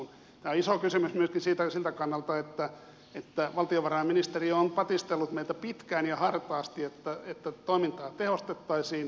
tämä on iso kysymys myöskin siltä kannalta että valtiovarainministeriö on patistellut meitä pitkään ja hartaasti että toimintaa tehostettaisiin